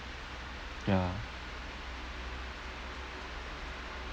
ya